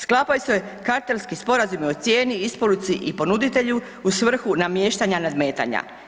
Sklapaju se kartelski sporazumi o cijeni, isporuci i ponuditelju u svrhu namještanja nadmetanja.